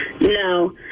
No